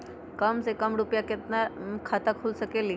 कम से कम केतना रुपया में खाता खुल सकेली?